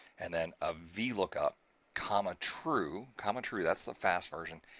and then a vlookup comma true comma true, that's the fast version,